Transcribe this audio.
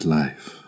life